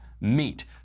meet